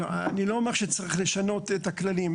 אני לא אומר שצריך לשנות את הכללים.